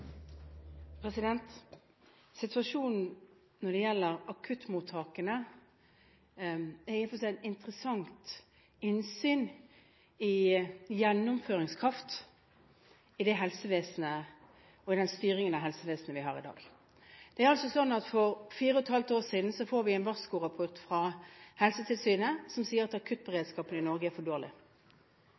for seg et interessant innsyn i gjennomføringskraften i og styringen av det helsevesenet vi har i dag. For fire og et halvt år siden fikk vi en varskorapport fra Helsetilsynet, som sa at akuttberedskapen i Norge er for dårlig.